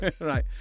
Right